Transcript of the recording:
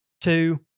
two